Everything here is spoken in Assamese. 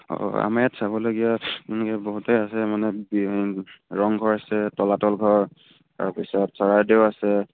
অঁ আমাৰ ইয়াত চাবলগীয়া বহুতেই আছে মানে ৰংঘৰ আছে তলাতল ঘৰ তাৰপিছত চৰাইদেউ আছে